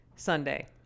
Sunday